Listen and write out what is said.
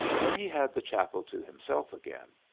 when he had the chapel to himself again,